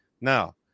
Now